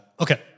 Okay